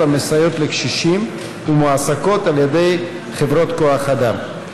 המסייעות לקשישים ומועסקות על ידי חברות כוח אדם.